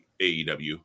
AEW